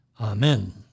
Amen